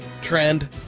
trend